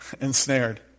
Ensnared